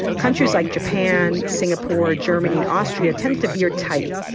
countries like japan, singapore, germany and austria tended to veer tight.